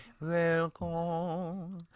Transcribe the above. welcome